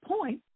point